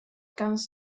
ganz